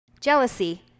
jealousy